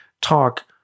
talk